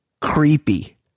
creepy